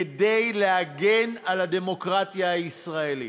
כדי להגן על הדמוקרטיה הישראלית.